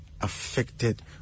affected